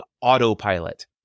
autopilot